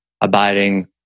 abiding